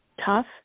tough